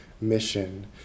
mission